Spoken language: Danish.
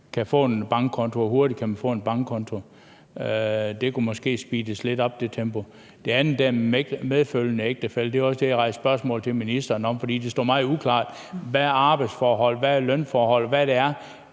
kunne få en bankkonto, og hvor hurtigt man skal kunne få en bankkonto, og det tempo kunne måske speedes lidt op. Det andet der med medfølgende ægtefælle var også det, jeg rejste spørgsmål til ministeren om, for det står meget uklart, hvad arbejdsforholdene er, hvad lønforholdene er,